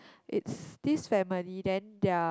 it's this family then their